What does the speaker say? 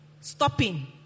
stopping